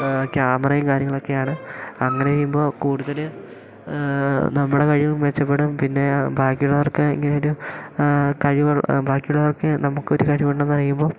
ക്യാമറയും കാര്യങ്ങളൊക്കെയാണ് അങ്ങനെ ചെയ്യുമ്പോൾ കൂടുതൽ നമ്മുടെ കഴിവും മെച്ചപ്പെടും പിന്നെ ബാക്കിയുള്ളവർക്ക് ഇങ്ങനെ ഒരു കഴിവുള്ള ബാക്കിയുള്ളവർക്ക് നമുക്കൊരു കഴിവുണ്ടെന്ന് അറിയുമ്പോൾ